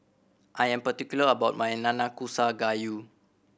I am particular about my Nanakusa Gayu